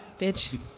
bitch